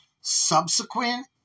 subsequent